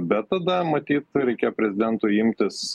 bet tada matyt prireikė prezidentų imtis